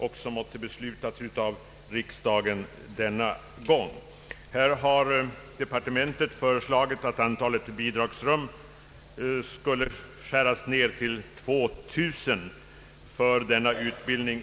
Vi yrkar att riksdagen måtte besluta om samma antal bidragsrum som tidigare, nämligen 2 200.